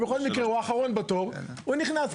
בכל מקרה הוא האחרון בתור והוא נכנס.